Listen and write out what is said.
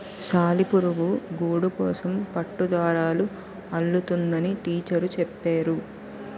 సాలిపురుగు గూడుకోసం పట్టుదారాలు అల్లుతుందని టీచరు చెప్పేరు